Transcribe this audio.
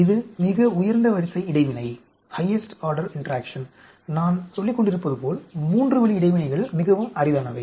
இது மிக உயர்ந்த வரிசை இடைவினை நான் சொல்லிக்கொண்டிருப்பதுபோல் 3 வழி இடைவினைகள் மிகவும் அரிதானவை